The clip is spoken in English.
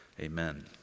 Amen